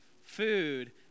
food